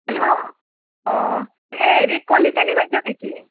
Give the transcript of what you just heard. hello অঁ এই হেৰি কলিতানী বাইদেউ নেকি